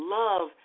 love